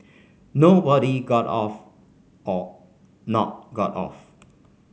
nobody got off or not got off